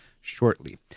shortly